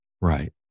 Right